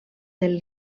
del